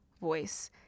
voice